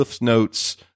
Notes